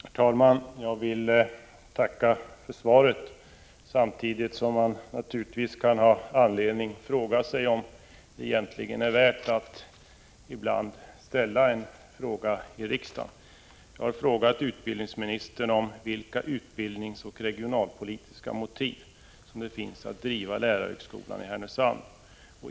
Herr talman! Jag vill tacka för svaret. Ibland kan man naturligtvis ha anledning att undra om det egentligen är värt att ställa en fråga här i riksdagen. Jag har frågat utbildningsministern vilka utbildningsoch regionalpolitiska motiv det finns att driva lärarhögskolan i Härnösand.